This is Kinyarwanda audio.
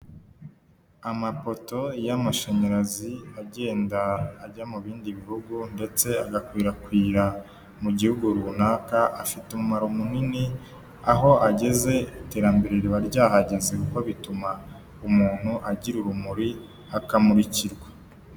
Amapoto y'amashanyarazi agenda ajya mu bindi bihugu, ndetse agakwirakwira mu gihugu runaka ,afite umumaro munini aho ageze iterambere riba ryahageze, kuko bituma umuntu agira urumuri akamurikirwa.